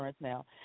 now